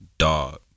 dog